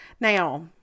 Now